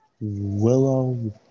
Willow